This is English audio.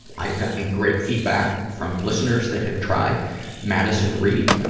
i've gotten great feedback from listeners that have tried madison reed.